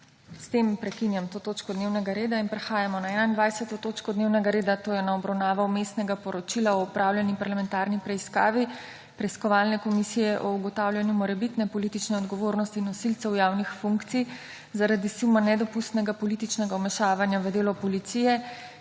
S tem zaključujem to točko dnevnega reda. **Nadaljujemo s prekinjeno****21. točko dnevnega reda, to je z obravnavo Vmesnega poročila o opravljeni parlamentarni preiskavi Preiskovalne komisije o ugotavljanju morebitne politične odgovornosti nosilcev javnih funkcij zaradi suma nedopustnega političnega vmešavanja v delo policije